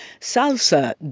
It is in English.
Salsa